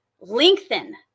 lengthen